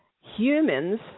humans